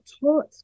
taught